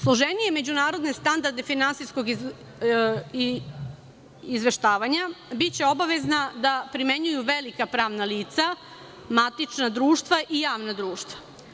Složenije međunarodne standarde finansijskog izveštavanja, biće obavezna da primenjuju velika pravna lica, matična društva i javna društva.